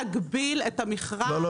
הרשות לא יכולה להגביל את המכרז --- לא,